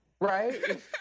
Right